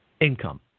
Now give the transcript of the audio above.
income